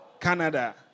canada